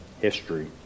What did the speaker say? history